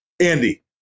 Andy